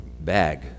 bag